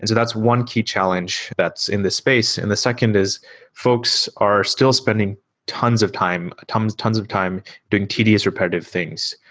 that's one key challenge that's in the space. and the second is folks are still spending tons of time, tons tons of time doing tedious repetitive things,